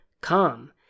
Come